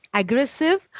aggressive